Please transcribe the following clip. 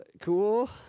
cool